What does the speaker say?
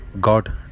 God